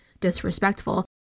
disrespectful